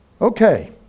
Okay